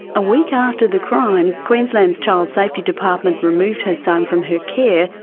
a week after the crime, queensland's child safety department removed her son from her care,